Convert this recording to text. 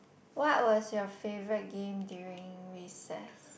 what was your favourite game during recess